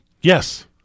Yes